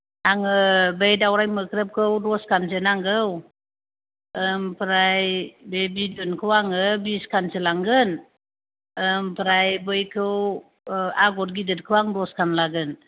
आङो बै दावराय मोख्रैबखौ दसखानसो नांगौ ओमफ्राय बे बिदनखौ आङो बिसखानसो लांगोन ओमफ्राय बैखौ आगर गिदिरखौ आं दसखान लागोन